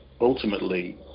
Ultimately